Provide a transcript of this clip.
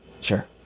Sure